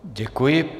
Děkuji.